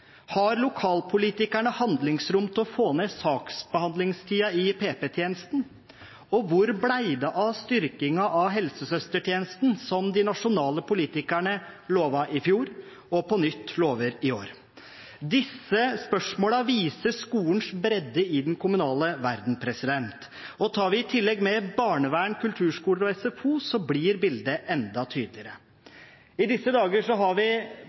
Har lokalpolitikerne handlingsrom til å få ned saksbehandlingstiden i PP-tjenesten? Og hvor ble det av styrkingen av helsesøstertjenesten, som de nasjonale politikerne lovte i fjor og på nytt lover i år? Disse spørsmålene viser skolens bredde i den kommunale verdenen. Tar vi i tillegg med barnevern, kulturskoler og SFO, blir bildet enda tydeligere. I disse dager har vi